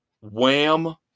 Wham